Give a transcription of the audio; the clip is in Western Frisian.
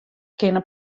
kinne